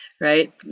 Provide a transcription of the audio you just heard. Right